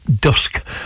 Dusk